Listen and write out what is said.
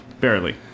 Barely